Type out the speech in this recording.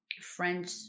French